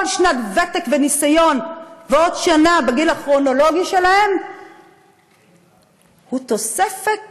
כל שנת ותק וניסיון ועוד שנה בגיל הכרונולוגי שלהן הן תוספת